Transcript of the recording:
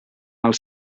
els